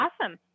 awesome